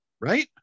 Right